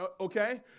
Okay